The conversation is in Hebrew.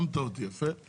הקדמת אותי, יפה.